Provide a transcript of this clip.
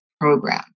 program